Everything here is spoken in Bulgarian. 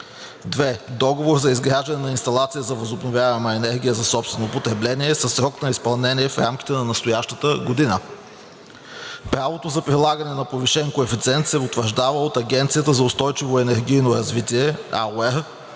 договор за изграждане на инсталация за възобновяема енергия за собствено потребление със срок на изпълнение в рамките на настоящата година. Правото за прилагане на повишен коефициент се утвърждава от Агенцията за устойчиво енергийно развитие